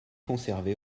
conservé